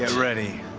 yeah ready.